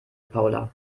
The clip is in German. paula